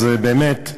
אז באמת,